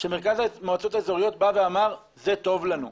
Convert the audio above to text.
שמרכז המועצות האזוריות בא ואמר שזה טוב להם,